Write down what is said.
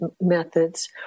methods